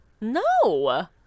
no